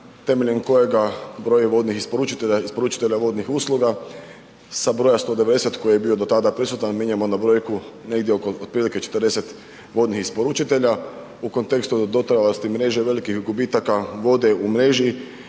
temeljem kojega broj vodnih isporučitelja, isporučitelja vodnih usluga sa broj 190 koji je bio do tada prisutan mijenjamo na brojku negdje oko otprilike 40 vodnih isporučitelja u kontekstu dotrajalosti mreže i velikih gubitaka vode u mreži